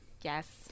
Yes